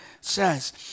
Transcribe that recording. says